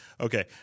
okay